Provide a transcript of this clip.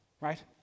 right